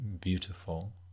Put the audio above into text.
beautiful